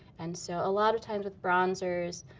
and so a lot of times with bronzers,